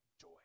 joy